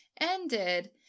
ended